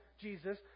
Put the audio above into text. Jesus